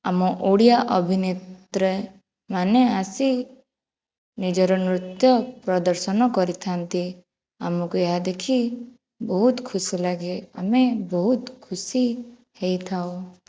ଆମ ଓଡ଼ିଆ ଅଭିନେତ୍ରାମାନେ ଆସି ନିଜର ନୃତ୍ୟ ପ୍ରଦର୍ଶନ କରିଥାନ୍ତି ଆମକୁ ଏହା ଦେଖି ବହୁତ ଖୁସି ଲାଗେ ଆମେ ବହୁତ ଖୁସି ହୋଇଥାଉ